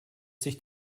sich